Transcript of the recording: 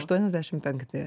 aštuoniasdešim penkti